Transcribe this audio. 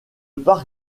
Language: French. parc